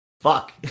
fuck